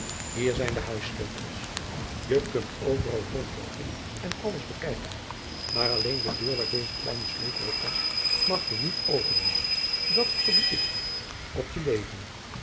hier zijn de huissleutels je kunt overal rondloopen en alles bekijken maar alléén de deur waar deze kleine sleutel op past mag je niet openen dat verbied ik je op je leven